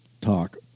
talk